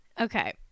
Okay